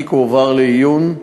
התיק הועבר לעיון,